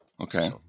Okay